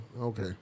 okay